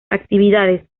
actividades